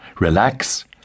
Relax